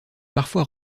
parfois